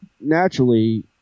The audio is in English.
naturally